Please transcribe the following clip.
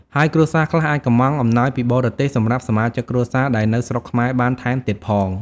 ហើយគ្រួសារខ្លះអាចកុម្ម៉ង់អំណោយពីបរទេសសម្រាប់សមាជិកគ្រួសារដែលនៅស្រុកខ្មែរបានថែមទៀតផង។